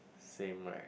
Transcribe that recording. same right